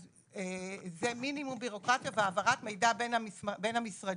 אז זה מינימום בירוקרטיה והעברת מידע בין המשרדים